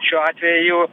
šiuo atveju